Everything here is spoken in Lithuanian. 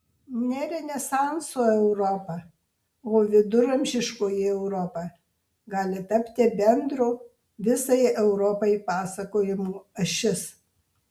ne renesanso europa o viduramžiškoji europa gali tapti bendro visai europai pasakojimo ašis